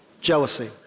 Jealousy